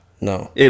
No